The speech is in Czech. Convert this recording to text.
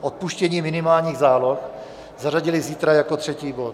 Odpuštění minimálních záloh zařadili zítra jako třetí bod.